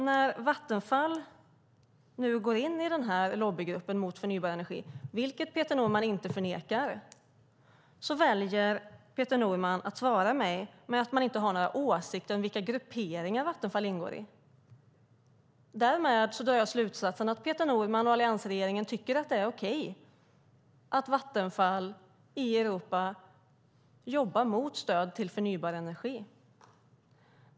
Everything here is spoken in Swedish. När Vattenfall går in i denna lobbygrupp mot förnybar energi, vilket Peter Norman inte förnekar, väljer Peter Norman att svara mig med att han inte har några åsikter om vilka grupperingar Vattenfall ingår i. Därmed drar jag slutsatsen att Peter Norman och alliansregeringen tycker att det är okej att Vattenfall i Europa jobbar mot stöd till förnybar energi.